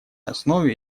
основе